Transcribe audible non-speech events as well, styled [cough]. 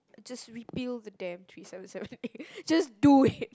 just repeal the damn three seven seven A [laughs] just do it